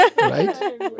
Right